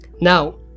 Now